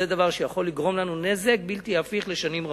זה דבר שיכול לגרום לנו נזק בלתי הפיך לשנים רבות.